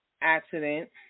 accident